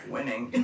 Winning